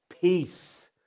peace